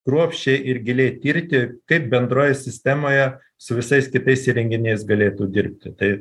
kruopščiai ir giliai tirti kaip bendroj sistemoje su visais kitais įrenginys galėtų dirbti tai